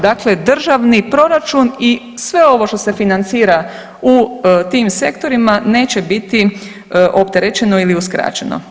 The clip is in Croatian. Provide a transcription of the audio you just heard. Dakle, državni proračun i sve ovo što se financira u tim sektorima neće biti opterećeno ili uskraćeno.